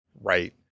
Right